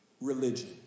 religion